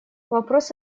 вопрос